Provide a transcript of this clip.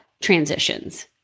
transitions